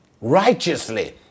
righteously